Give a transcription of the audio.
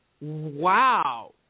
wow